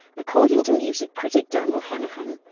according to music critic donal henahan,